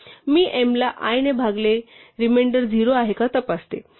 मी m ला i ने भागलेले रिमेंडर 0 आहे का हे तपासते